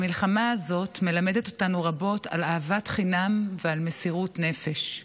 המלחמה הזאת מלמדת אותנו רבות על אהבת חינם ועל מסירות נפש.